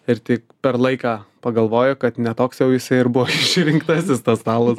ir tik per laiką pagalvojau kad ne toks jau jisai ir buvo išrinktasis tas stalas